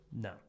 No